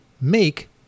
Make